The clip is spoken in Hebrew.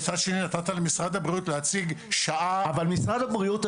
מצד שני נתת למשרד הבריאות להציג שעה --- אבל משרד הבריאות,